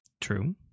True